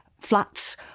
flats